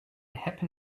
happen